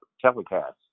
telecast